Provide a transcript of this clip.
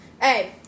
hey